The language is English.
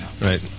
right